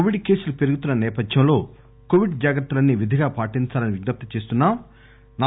Covid కేసులు పెరుగుతున్న నేపథ్యంలో కోవిడ్ జాగ్రత్తలన్నీ విధిగా పాటించాలని విజ్ఞప్తి చేస్తున్నాం